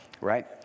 right